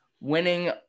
winning